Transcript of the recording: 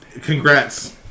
Congrats